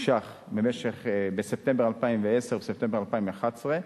שקלים בספטמבר 2010 ובספטמבר 2011,